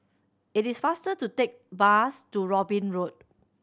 it is faster to take bus to Robin Road